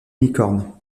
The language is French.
licorne